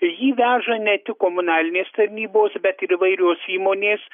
jį veža ne tik komunalinės tarnybos bet ir įvairios įmonės